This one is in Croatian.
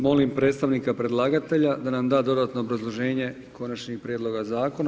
Molim predstavnika predlagatelja da nam da dodatno obrazloženje konačnih prijedloga zakona.